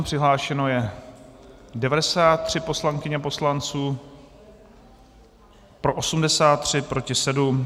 Přihlášeno je 93 poslankyň a poslanců, pro 83, proti 7.